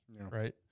right